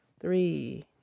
three